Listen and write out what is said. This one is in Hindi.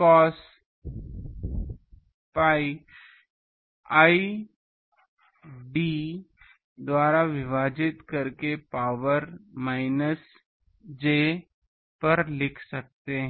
कॉस piआई d द्वारा विभाजित करके पावर माइनस j पर लिख सकते हैं